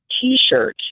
T-shirt